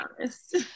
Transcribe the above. honest